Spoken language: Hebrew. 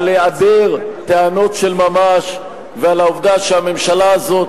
על היעדר טענות של ממש ועל העובדה שהממשלה הזאת,